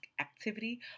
activity